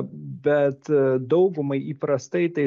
bet daugumai įprastai tai